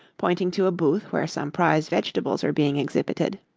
pointing to a booth where some prize vegetables were being exhibited.